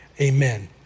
Amen